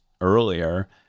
earlier